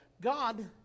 God